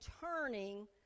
turning